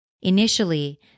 Initially